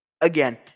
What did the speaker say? again –